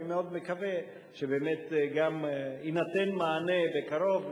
אני מאוד מקווה שבאמת גם יינתן מענה בקרוב,